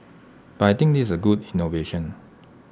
but I think is A good innovation